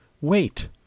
Wait